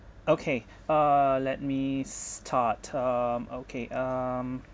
okay uh let me start um okay um